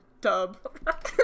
Dub